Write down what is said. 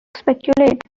speculate